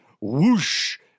whoosh